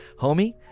Homie